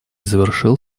завершил